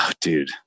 dude